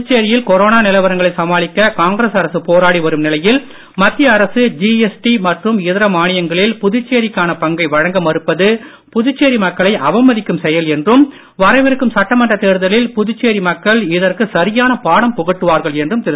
புதுச்சேரியில் கொரோனா நிலவரங்களை சமாளிக்க காங்கிரஸ் அரசு போராடி வரும் நிலையில் மத்திய அரசு ஜிஎஸ்டி மற்றும் இதர மானியங்களில் புதுச்சேரிக்கான பங்கை வழங்க மறுப்பது புதுச்சேரி மக்களை அவமதிக்கும் செயல் என்றும் வரவிருக்கும் சட்டமன்ற தேர்தலில் புதுச்சேரி மக்கள் இதற்கு சரியான பாடம் புகட்டுவார்கள் என்றும் திரு